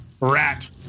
rat